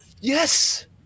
Yes